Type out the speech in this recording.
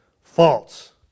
false